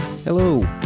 Hello